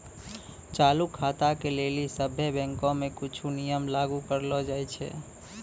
चालू खाता के लेली सभ्भे बैंको मे कुछो नियम लागू करलो जाय छै